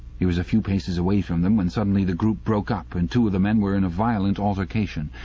he was a few paces away from them when suddenly the group broke up and two of the men were in violent altercation.